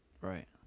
Right